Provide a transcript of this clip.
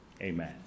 amen